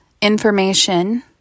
information